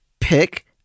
pick